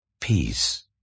Peace